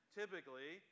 typically